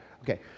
Okay